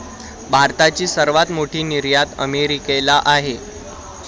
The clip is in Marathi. भारताची सर्वात मोठी निर्यात अमेरिकेला आहे